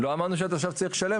לא אמרנו שהתושב צריך לשלם,